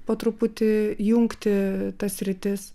po truputį jungti tas sritis